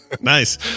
Nice